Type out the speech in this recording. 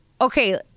okay